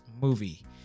movie